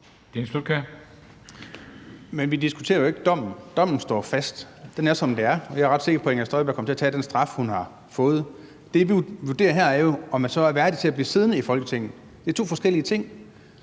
vi diskuterer jo ikke dommen, dommen står fast. Den er, som den er, og jeg er ret sikker på, at Inger Støjberg kommer til at tage den straf, hun har fået. Det, vi vurderer her, er jo, om man så er værdig til at blive siddende i Folketinget. Det er to forskellige ting.